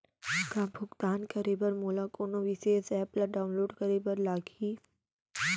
का भुगतान करे बर मोला कोनो विशेष एप ला डाऊनलोड करे बर लागही